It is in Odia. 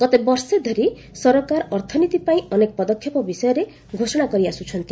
ଗତ ବର୍ଷେ ଧରି ସରକାର ଅର୍ଥନୀତି ପାଇଁ ଅନେକ ପଦକ୍ଷେପ ବିଷୟରେ ଘୋଷଣା କରିଆସୁଛନ୍ତି